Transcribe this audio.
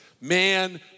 Man